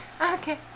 Okay